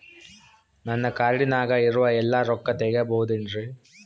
ನನ್ನ ಕಾರ್ಡಿನಾಗ ಇರುವ ಎಲ್ಲಾ ರೊಕ್ಕ ತೆಗೆಯಬಹುದು ಏನ್ರಿ?